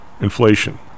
inflation